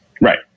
right